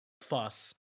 fuss